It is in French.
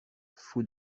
fou